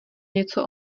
něco